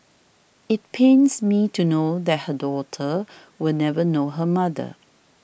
it pains me to know that her daughter will never know her mother